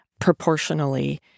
proportionally